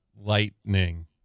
Lightning